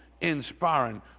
inspiring